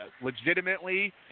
legitimately